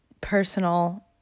personal